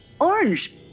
orange